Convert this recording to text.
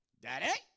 Daddy